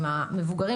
הפגנות,